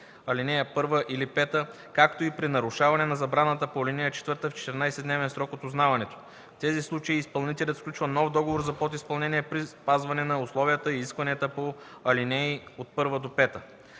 ал. 1 или 5, както и при нарушаване на забраната по ал. 4 в 14-дневен срок от узнаването. В тези случаи изпълнителят сключва нов договор за подизпълнение при спазване на условията и изискванията на ал. 1-5.